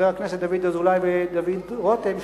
חברי הכנסת דוד אזולאי ודוד רותם,